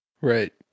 Right